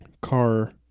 car